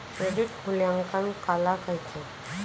Credit मूल्यांकन काला कहिथे?